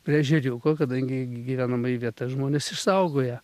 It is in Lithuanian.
prie ežeriuko kadangi gyvenamoji vieta žmonės išsaugoję